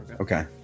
Okay